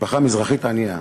משפחה מזרחית ענייה,